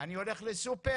אני הולך לסופר,